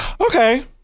okay